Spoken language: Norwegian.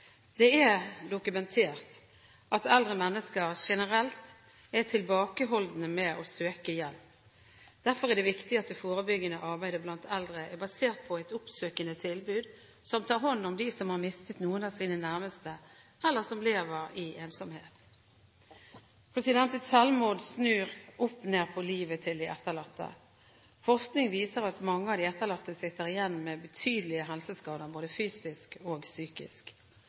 Det er dokumentert at eldre mennesker generelt er tilbakeholdne med å søke hjelp. Derfor er det viktig at det forebyggende arbeidet blant eldre er basert på et oppsøkende tilbud som tar hånd om dem som har mistet noen av sine nærmeste, eller som lever i ensomhet. Et selvmord snur opp ned på livet til de etterlatte. Forskning viser at mange av de etterlatte sitter igjen med betydelige helseskader både fysisk og psykisk.